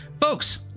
folks